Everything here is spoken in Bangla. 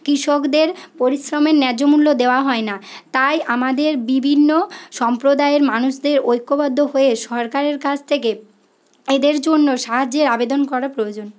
কৃষকদের পরিশ্রমের ন্যায্য মূল্য দেওয়া হয় না তাই আমাদের বিভিন্ন সম্প্রদায়ের মানুষদের ঐক্যবদ্ধ হয়ে সরকারের কাছ থেকে এদের জন্য সাহায্যের আবেদন করা প্রয়োজন